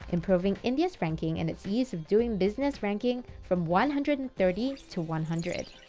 improving india's ranking in its ease of doing business ranking from one hundred and thirty to one hundred.